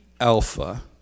Alpha